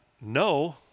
no